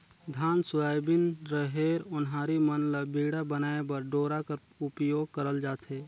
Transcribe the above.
धान, सोयाबीन, रहेर, ओन्हारी मन ल बीड़ा बनाए बर डोरा कर उपियोग करल जाथे